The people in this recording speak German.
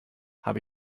habe